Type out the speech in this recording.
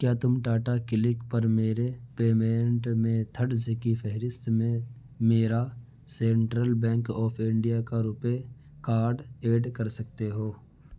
کیا تم ٹاٹا کلک پرمیرے پیمینٹ میتھڈز کی فہرست میں میرا سینٹرل بینک آف انڈیا کا روپے کارڈ ایڈ کر سکتے ہو